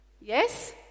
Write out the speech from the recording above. Yes